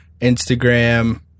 Instagram